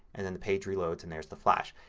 and and the page reloads and there's the flash.